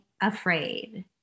afraid